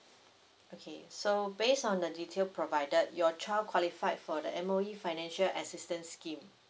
okay so based on the detail provided your child qualified for the M_O_E financial assistance scheme